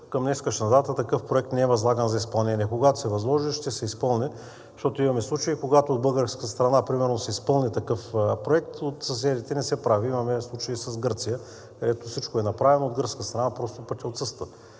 Към днешна дата такъв проект не е възлаган за изпълнение. Когато се възложи, ще се изпълни. Защото имаме случаи, когато от българската страна примерно се изпълни такъв проект, от съседите не се прави. Имаме случай с Гърция, където всичко е направено, от гръцка страна просто пътят отсъства.